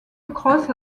cross